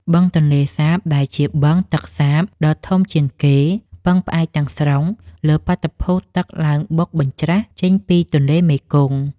បឹងទន្លេសាបដែលជាបឹងទឹកសាបដ៏ធំជាងគេពឹងផ្អែកទាំងស្រុងលើបាតុភូតទឹកឡើងបុកបញ្ច្រាសចេញពីទន្លេមេគង្គ។